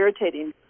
irritating